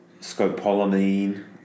scopolamine